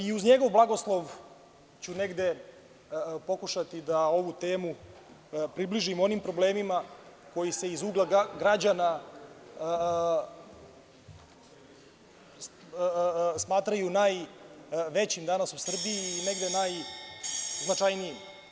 Uz njegov blagoslov ću negde pokušati da ovu temu približim onim problemima koji se iz ugla građana smatraju najvećim danas u Srbiji i negde najznačajnijim.